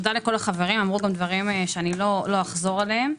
לא אחזור על דברי החברים.